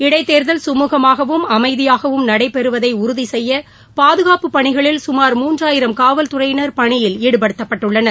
இடைத்தோதல் சுமூகமாகவும் அமைதியாகவும் நடைபெறுவதை உறுதிசெய்ய பாதுகாப்பு பணிகளில் சுமார் மூன்றாயிரம் காவல் துறையினர் பணியில் ஈடுப்படுத்தப்பட்டுள்ளனர்